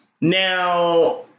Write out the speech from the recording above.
Now